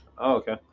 Okay